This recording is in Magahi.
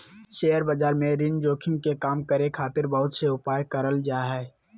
शेयर बाजार में ऋण जोखिम के कम करे खातिर बहुत से उपाय करल जा हय